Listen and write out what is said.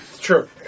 True